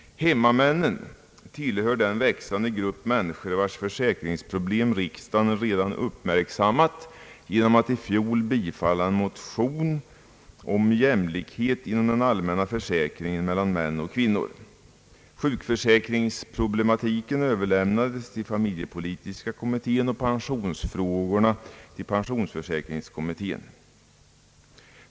Hemmamännen tillhör den växande grupp människor vilkas försäkringsproblem riksdagen redan uppmärksammat genom att i fjol bifalla en motion om jämlikhet inom den allmänna försäkringen mellan män och kvinnor. Sjukförsäkringsproblematiken = överlämnades till familjepolitiska kommittén och pensionsfrågorna = till pensionsförsäkringskommittén.